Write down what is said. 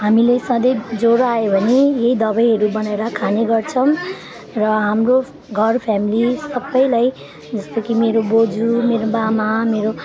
हामीले सधैँ ज्वरो आयो भने यही दबाईहरू बनाएर खाने गर्छौँ र हाम्रो घर फ्यामिली सबैलाई जस्तो कि मेरो बोजू मेरो मामा मेरो